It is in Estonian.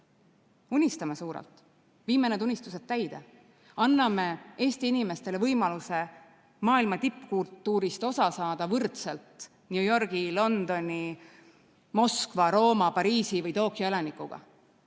Unistame suurelt ja viime need unistused täide! Anname Eesti inimestele võimaluse maailma tippkultuurist osa saada võrdselt New Yorgi, Londoni, Moskva, Rooma, Pariisi või Tokyo elanikega.